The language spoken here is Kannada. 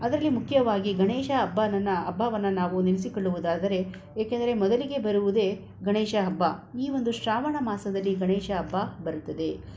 ಅದರಲ್ಲಿ ಮುಖ್ಯವಾಗಿ ಗಣೇಶ ಹಬ್ಬ ನನ್ನ ಹಬ್ಬವನ್ನು ನಾವು ನೆನೆಸಿಕೊಳ್ಳುವುದಾದರೆ ಏಕೆಂದರೆ ಮೊದಲಿಗೆ ಬರುವುದೇ ಗಣೇಶ ಹಬ್ಬ ಈ ಒಂದು ಶ್ರಾವಣ ಮಾಸದಲ್ಲಿ ಗಣೇಶ ಹಬ್ಬ ಬರುತ್ತದೆ